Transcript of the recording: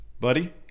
Buddy